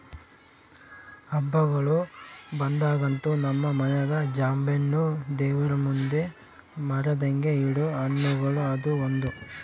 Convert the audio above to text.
ಹಬ್ಬಗಳು ಬಂದಾಗಂತೂ ನಮ್ಮ ಮನೆಗ ಜಾಂಬೆಣ್ಣು ದೇವರಮುಂದೆ ಮರೆದಂಗ ಇಡೊ ಹಣ್ಣುಗಳುಗ ಅದು ಒಂದು